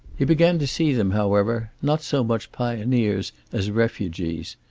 he began to see them, however, not so much pioneers as refugees.